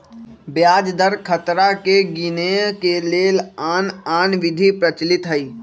ब्याज दर खतरा के गिनेए के लेल आन आन विधि प्रचलित हइ